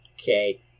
Okay